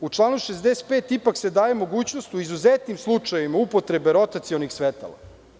U članu 65. ipak se daje mogućnost - u izuzetnim slučajevima upotrebe rotacionih svetala.